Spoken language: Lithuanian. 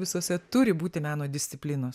visose turi būti meno disciplinos